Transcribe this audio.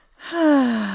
her